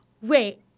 wait